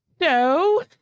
No